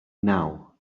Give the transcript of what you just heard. now